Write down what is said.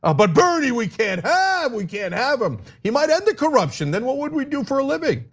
ah but bernie, we can't have, we can't have him. he might end the corruption, then what would we do for a living?